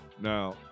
Now